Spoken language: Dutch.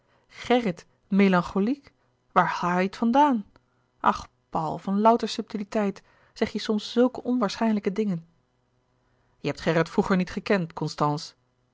melancho liek waar haal je het van daan ach paul van louter subtiliteit zeg je soms zulke onwaarschijnlijke dingen je hebt gerrit vroeger niet gekend constance